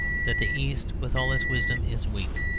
that the east, with all its wisdom, is weak.